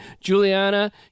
juliana